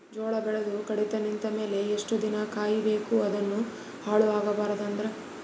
ಜೋಳ ಬೆಳೆದು ಕಡಿತ ನಿಂತ ಮೇಲೆ ಎಷ್ಟು ದಿನ ಕಾಯಿ ಬೇಕು ಅದನ್ನು ಹಾಳು ಆಗಬಾರದು ಅಂದ್ರ?